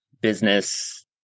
business